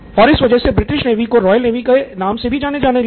और इस वजह से ब्रिटिश नेवी को रॉयल नेवी के नाम से जाना जाने लगा